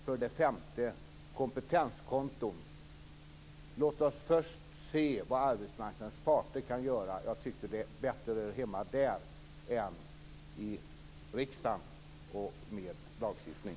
För det femte, vad gäller kompetenskonton: Låt oss först se vad arbetsmarknadens parter kan göra. Jag tycker att det bättre hör hemma där än i riksdagen och mer lagstiftning.